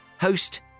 host